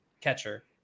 catcher